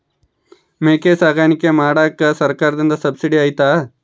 ಮೇಕೆ ಸಾಕಾಣಿಕೆ ಮಾಡಾಕ ಸರ್ಕಾರದಿಂದ ಸಬ್ಸಿಡಿ ಐತಾ?